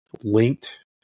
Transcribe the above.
linked